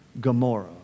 Gomorrah